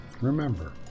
Remember